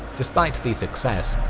despite the success,